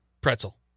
pretzel